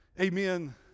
Amen